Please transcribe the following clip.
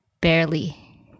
barely